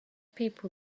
people